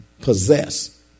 possess